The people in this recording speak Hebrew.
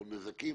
או נזקים,